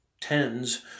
tens